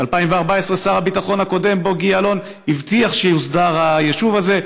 ב-2014 שר הביטחון הקודם בוגי יעלון הבטיח שיוסדר היישוב הזה,